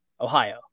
ohio